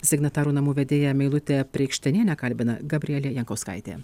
signatarų namų vedėja meilutę preikštenienę kalbina gabrielė jankauskaitė